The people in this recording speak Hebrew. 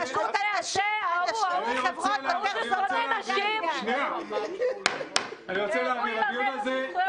ההוא ששונא נשים --- הוא ילמד אותי זכויות נשים.